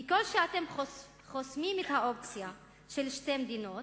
כי ככל שאתם חוסמים את האופציה של שתי מדינות,